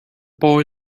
boy